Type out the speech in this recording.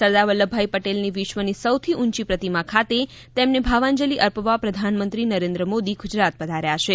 સરદાર વલ્લભભાઈ પટેલની વિશ્વની સૌથી ઊંચી પ્રતિમા ખાતે તેમને ભાવાંજલિ અર્પવા પ્રધાનમંત્રી નરેન્દ્ર મોદી ગુજરાત પધાર્યા છે